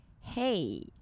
hey